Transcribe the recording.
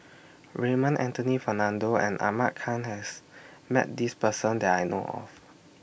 Raymond Anthony Fernando and Ahmad Khan has Met This Person that I know of